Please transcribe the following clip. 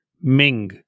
Ming